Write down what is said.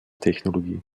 technologie